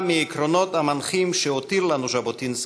מהעקרונות המנחים שהותיר לנו ז'בוטינסקי,